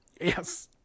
Yes